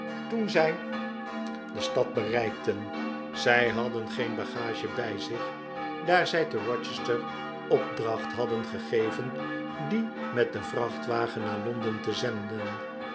toen zij de stad bereikten zij hadden geen bagage bij zich daar zij te rochester opdracht hadden gegeven die met den vrachtwagen naar londen te zenden